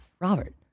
Robert